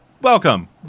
welcome